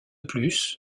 plus